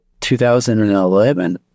2011